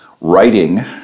writing